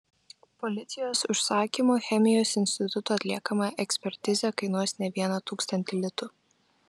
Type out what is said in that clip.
policijos užsakymu chemijos instituto atliekama ekspertizė kainuos ne vieną tūkstantį litų